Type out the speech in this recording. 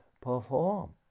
perform